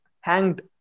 hanged